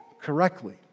correctly